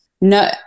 no